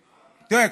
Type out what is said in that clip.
תראה,